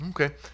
Okay